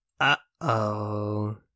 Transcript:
Uh-oh